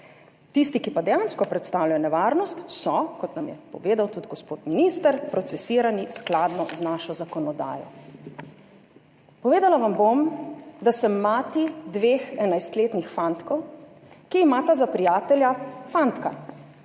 Tisti, ki pa dejansko predstavljajo nevarnost, so, kot nam je povedal tudi gospod minister, procesirani skladno z našo zakonodajo. Povedala vam bom, da sem mati dveh 11-letnih fantkov, ki imata za prijatelja fantka,